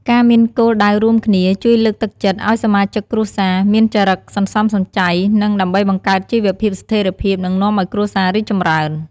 ការមានគោលដៅរួមគ្នា ជួយលើកទឹកចិត្តឲ្យសមាជិកគ្រួសារមានចរិតសន្សំសំចៃ និង ដើម្បីបង្កើតជីវិតស្ថេរភាព និងនាំឲ្យគ្រួសាររីកចម្រើន។